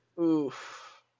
Oof